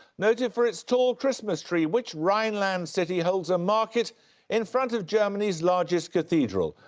noted for its tall christmas tree, which rhineland city holds a market in front of germany's largest cathedral,